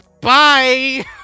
Bye